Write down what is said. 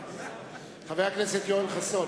חבר הכנסת יואל חסון.